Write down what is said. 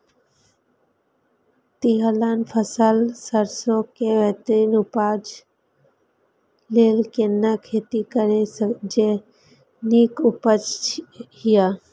तिलहन फसल सरसों के बेहतरीन उपजाऊ लेल केना खेती करी जे नीक उपज हिय?